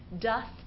dust